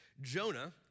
Jonah